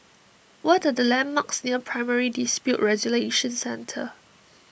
what the landmarks near Primary Dispute Resolution Centre